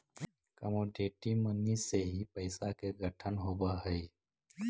commodity money से ही पैसा के गठन होवऽ हई